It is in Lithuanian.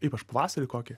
ypač pavasarį kokį